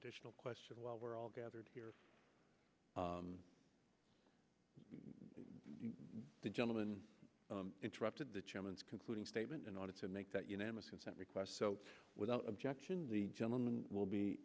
additional question while we're all gathered here the gentleman interrupted the chairman's concluding statement in order to make that unanimous consent request so without objection the gentleman will be